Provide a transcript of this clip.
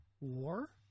War